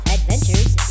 Adventures